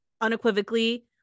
unequivocally